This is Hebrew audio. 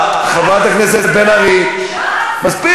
חברת הכנסת בן ארי, מספיק.